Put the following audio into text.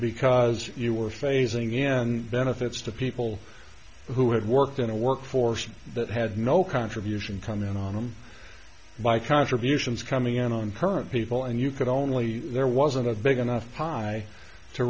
because you were phasing again benefits to people who had worked in a workforce that had no contribution come in on them by contributions coming in on current people and you could only there wasn't a big enough pie to